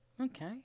Okay